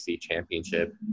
championship